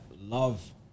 love